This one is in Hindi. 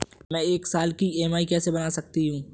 मैं एक साल की ई.एम.आई कैसे बना सकती हूँ?